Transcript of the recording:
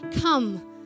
Come